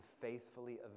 faithfully